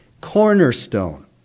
cornerstone